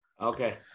Okay